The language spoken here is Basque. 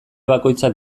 bakoitzak